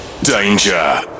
DANGER